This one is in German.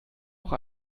auch